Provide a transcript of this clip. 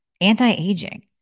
Anti-aging